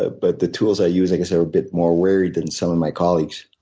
ah but the tools i use i guess are a bit more varied than some of my colleagues.